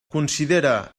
considere